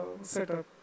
setup